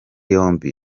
yombi